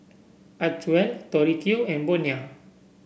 Acwell Tori Q and Bonia